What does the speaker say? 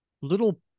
little